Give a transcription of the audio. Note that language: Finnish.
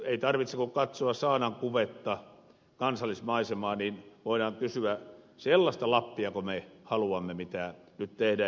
ei tarvitse kuin katsoa saanan kuvetta kansallismaisemaa niin voidaan kysyä sellaistako lappiako me haluamme mitä nyt tehdään